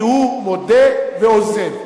כי הוא מודה ועוזב.